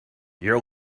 your